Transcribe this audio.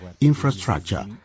infrastructure